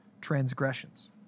transgressions